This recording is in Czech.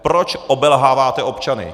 Proč obelháváte občany?